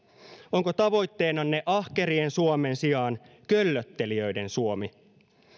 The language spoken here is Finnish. onko tavoitteenanne ahkerien suomen sijaan köllöttelijöiden suomi